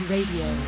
Radio